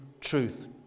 truth